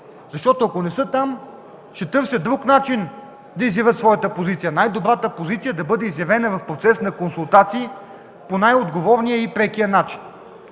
защото ако не са там, то ще търси друг начин да изяви своята позиция. Най-добрата позиция трябва да е изявена в процес на консултации, по най-отговорния и пряк начин.